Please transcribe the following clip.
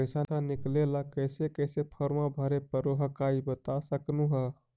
पैसा निकले ला कैसे कैसे फॉर्मा भरे परो हकाई बता सकनुह?